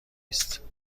است